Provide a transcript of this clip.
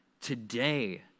today